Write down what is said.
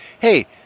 hey